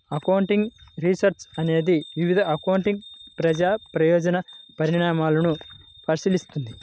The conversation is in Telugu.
అకౌంటింగ్ రీసెర్చ్ అనేది వివిధ అకౌంటింగ్ ప్రజా ప్రయోజన పరిణామాలను పరిశీలిస్తుంది